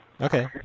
Okay